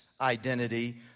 identity